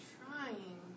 trying